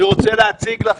אני רוצה להציג לך,